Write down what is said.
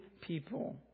people